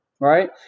Right